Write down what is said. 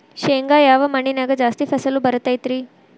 ಶೇಂಗಾ ಯಾವ ಮಣ್ಣಿನ್ಯಾಗ ಜಾಸ್ತಿ ಫಸಲು ಬರತೈತ್ರಿ?